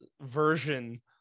version